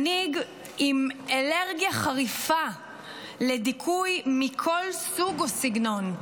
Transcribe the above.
מנהיג עם אלרגיה חריפה לדיכוי מכל סוג או סגנון.